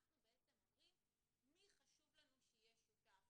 אנחנו בעצם אומרים מי חשוב לנו שיהיה שותף,